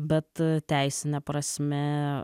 bet teisine prasme